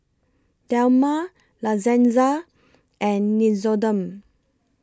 Dilmah La Senza and Nixoderm